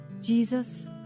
Jesus